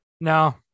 no